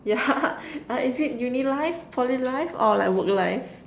yeah uh is it uni life Poly life or like work life